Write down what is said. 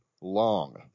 long